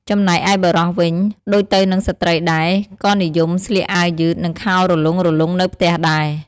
ចំណែកឯបុរសវិញ ដូចទៅនឹងស្ត្រីដែរ ក៏និយមស្លៀកអាវយឺត និងខោរលុងៗនៅផ្ទះដែរ។